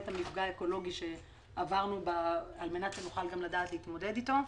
המפגע האקולוגי שעברנו על מנת שנוכל גם לדעת להתמודד איתו,